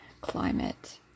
climate